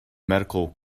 medical